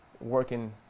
working